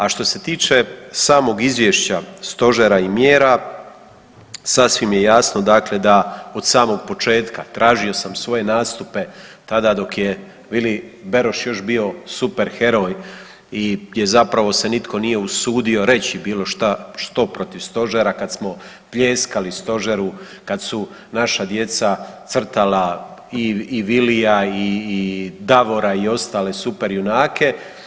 A što se tiče samog izvješća, stožera i mjera sasvim je jasno dakle da od samog početka tražio sam svoje nastupe tada dok je Vili Beroš još bio super heroj i zapravo se nitko nije usudio reći bilo što protiv Stožera, kad smo pljeskali Stožeru kad su naša djeca crtala i Vilija i Davora i ostale super junake.